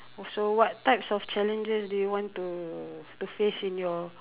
so what types of challenges do you want to face in your